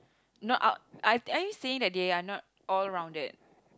not out are are you saying that they are not all rounded